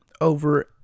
over